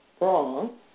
wrong